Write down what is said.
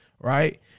right